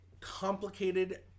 complicated